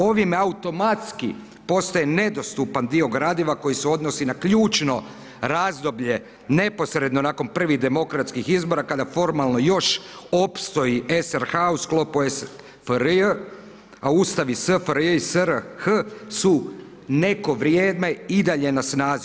Ovime automatski postaje nedostupan dio gradiva koji se odnosi na ključno razdoblje neposredno nakon prvih demokratskih izbora kada formalno još opstoji SRH u sklopu SFRJ, a Ustav iz SFRJ i SRH su neko vrijeme i dalje na snazi.